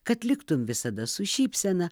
kad liktum visada su šypsena